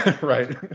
Right